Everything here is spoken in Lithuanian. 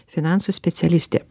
finansų specialistė